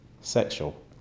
sexual